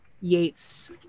Yates